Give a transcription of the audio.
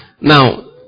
Now